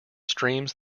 streams